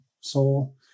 soul